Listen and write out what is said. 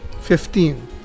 Fifteen